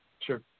Sure